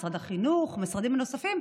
משרד החינוך ומשרדים נוספים,